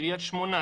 קריית שמונה,